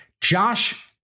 Josh